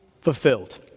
fulfilled